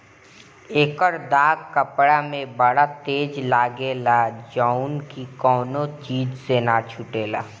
एकर दाग कपड़ा में बड़ा तेज लागेला जउन की कवनो चीज से ना छुटेला